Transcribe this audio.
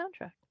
soundtrack